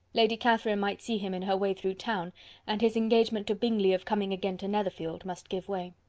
lady catherine might see him in her way through town and his engagement to bingley of coming again to netherfield must give way.